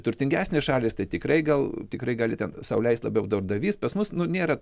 turtingesnės šalys tai tikrai gal tikrai gali ten sau leist labiau darbdavys pas mus nu nėra